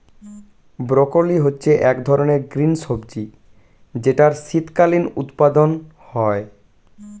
broccoli হচ্ছে এক ধরনের গ্রিন সবজি যেটার শীতকালীন উৎপাদন হয়ে